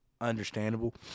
understandable